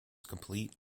complete